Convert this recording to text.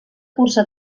cursa